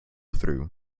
through